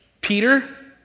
Peter